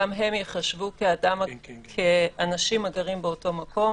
גם הם ייחשבו כאנשים שגרים באותו מקום.